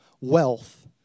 wealth